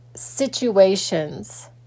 situations